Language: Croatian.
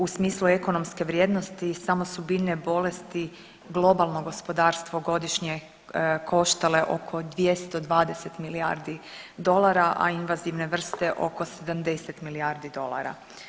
U smislu ekonomske vrijednosti samo su biljne bolesti globalno gospodarstvo godišnje koštale oko 220 milijardi dolara, a invazivne vrste oko 70 milijardi dolara.